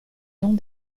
noms